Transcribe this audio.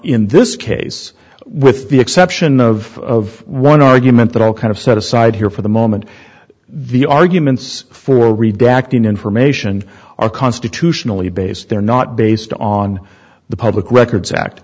in this case with the exception of one argument that i'll kind of set aside here for the moment the arguments for redacting information are constitutionally based they're not based on the public records act